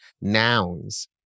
nouns